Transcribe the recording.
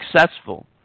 successful